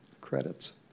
credits